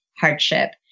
hardship